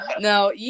No